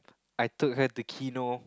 I took her to kino